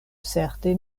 certe